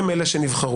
הם אלה שנבחרו.